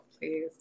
please